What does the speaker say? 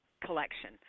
collection